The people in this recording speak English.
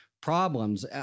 problems